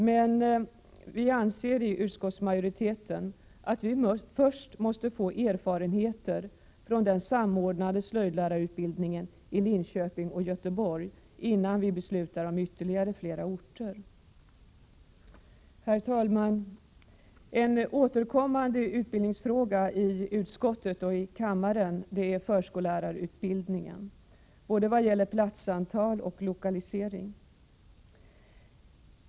Utskottsmajoriteten anser emellertid att vi först måste få erfarenheter från den samordnade slöjdlärarutbildningen i Linköping och Göteborg innan vi beslutar om ytterligare orter. Herr talman! En återkommande utbildningsfråga i utskottet och i kammaren är förskollärarutbildningen, vad gäller både platsantal och lokalisering.